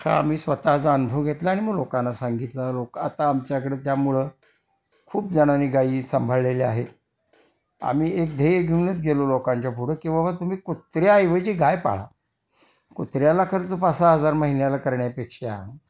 हा आम्ही स्वतःचा अनुभव घेतला आणि मग लोकांना सांगितलं लोक आता आमच्याकडे त्यामुळं खूप जणांनी गाई सांभाळलेल्या आहेत आम्ही एक ध्येय घेऊनच गेलो लोकांच्या पुढं की बाबा तुम्ही कुत्र्याऐवजी गाय पाळा कुत्र्याला खर्च पाच सहा हजार महिन्याला करण्यापेक्षा